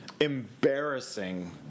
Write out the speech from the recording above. embarrassing